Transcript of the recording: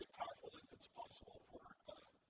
powerful and it's possible for,